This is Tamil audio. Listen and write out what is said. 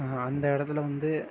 அந்த இடத்துல வந்து